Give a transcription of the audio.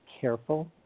careful